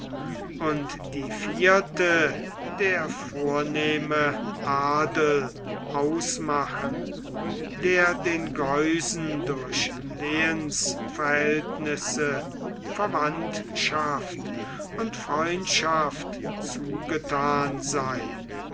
und die vierte der vornehme adel ausmachen der den geusen durch lehensverhältnisse verwandtschaft und freundschaft zugethan sei